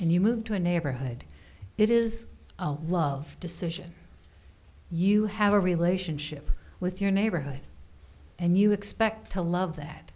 and you move to a neighborhood it is love decision you have a relationship with your neighborhood and you expect to love that